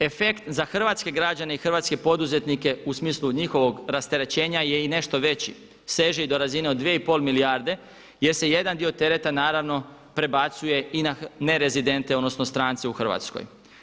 Efekt za hrvatske građane i hrvatske poduzetnike u smislu njihovog rasterećenja je i nešto veći seže i do razine od 2,5 milijarde jer se jedan dio tereta naravno prebacuje i na nerezidente odnosno strance u Hrvatskoj.